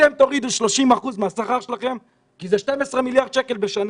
אתם תורידו 30% מהשכר שלכם כי זה 12 מיליארד שקל בשנה.